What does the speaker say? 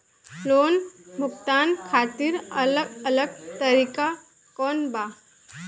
Loan भुगतान खातिर अलग अलग तरीका कौन बा?